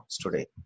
today